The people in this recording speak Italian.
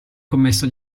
commesso